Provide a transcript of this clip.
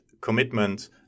commitment